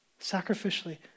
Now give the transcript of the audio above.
sacrificially